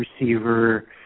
receiver –